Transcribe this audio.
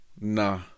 Nah